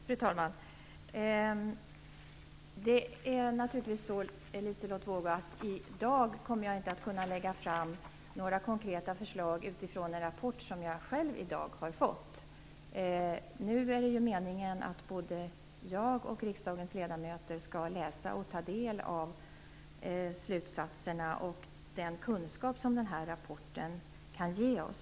Fru talman! Det är naturligtvis så, Liselotte Wågö, att jag inte i dag kan lägga fram några konkreta förslag utifrån en rapport som jag själv har fått i dag. Meningen är att både jag och riksdagens ledamöter skall läsa och ta del av de slutsatser och den kunskap som rapporten kan ge oss.